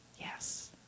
yes